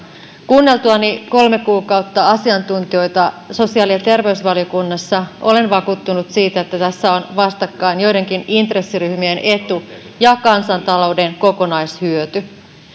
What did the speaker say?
kuunneltuani kolme kuukautta asiantuntijoita sosiaali ja terveysvaliokunnassa olen vakuuttunut siitä että tässä ovat vastakkain joidenkin intressiryhmien etu ja kansantalouden kokonaishyöty